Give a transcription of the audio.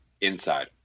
Inside